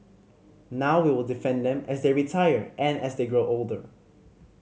now we will defend them as they retire and as they grow older